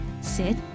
sit